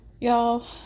Y'all